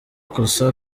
kusa